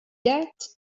that